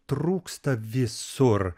trūksta visur